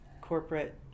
corporate